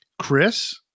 Chris